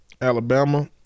Alabama